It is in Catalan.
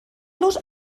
los